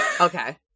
Okay